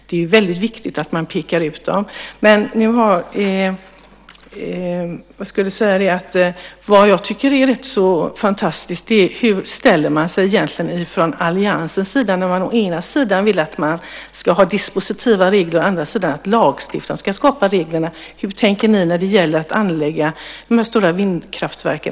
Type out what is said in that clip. Det är väldigt viktigt att man pekar ut dem. Vad jag tycker är rätt så fantastiskt är hur man från alliansens sida egentligen ställer sig. Å ena sidan vill man ha dispositiva regler. Å andra sidan vill man att lagstiftaren ska skapa reglerna. Hur tänker ni agera i framtiden när det gäller att anlägga de stora vindkraftverken?